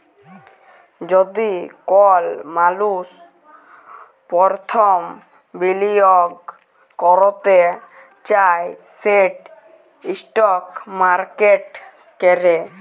যদি কল মালুস পরথম বিলিয়গ ক্যরতে চায় সেট ইস্টক মার্কেটে ক্যরে